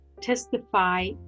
testify